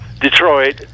Detroit